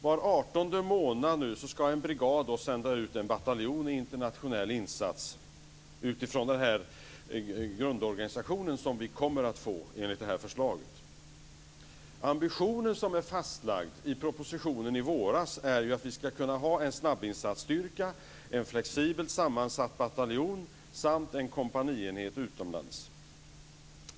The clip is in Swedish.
Var 18:e månad ska en brigad sända ut en bataljon i internationell insats med utgångspunkt i den grundorganisation som vi kommer att få enligt förslaget. Ambitionen fastlagd i propositionen från i våras är att vi ska ha en snabbinsatsstyrka, en flexibelt sammansatt bataljon samt en kompanienhet utomlands.